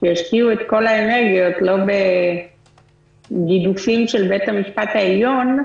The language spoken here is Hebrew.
שישקיעו את כל האנרגיות לא בגידופים של בית המשפט העליון,